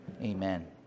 amen